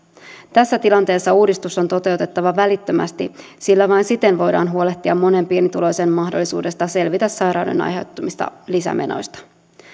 tässä tilanteessa uudistus on toteutettava välittömästi sillä vain siten voidaan huolehtia monen pienituloisen mahdollisuudesta selvitä sairauden aiheuttamista lisämenoista